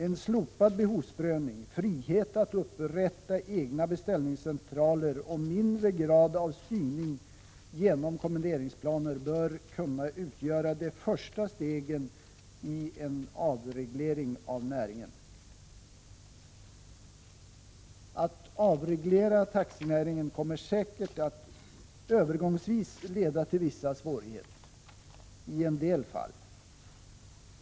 En slopad behovsprövning, frihet att upprätta egna beställningscentraler och mindre grad av styrning genom kommenderingsplaner bör kunna utgöra de första stegen i en avreglering av näringen. Att avreglera taxinäringen kommer säkert att övergångsvis leda till vissa svårigheter i en del fall.